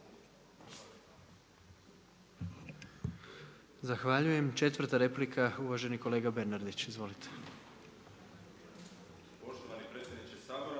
Zahvaljujem. 4 replika, uvaženi kolega Bernardić. Izvolite.